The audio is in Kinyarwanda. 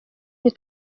nti